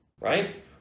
right